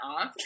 off